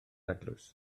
eglwys